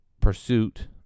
pursuit